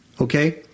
Okay